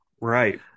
Right